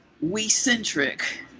we-centric